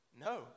no